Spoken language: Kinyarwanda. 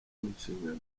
n’inshingano